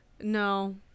no